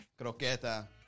croqueta